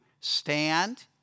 stand